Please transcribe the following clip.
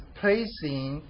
placing